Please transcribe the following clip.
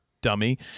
dummy